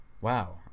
Wow